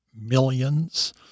millions